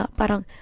parang